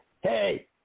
Hey